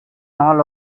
all